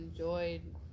enjoyed